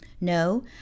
No